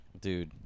dude